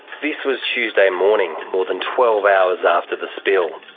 this was tuesday morning, more than twelve hours after the spill,